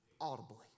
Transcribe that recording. audibly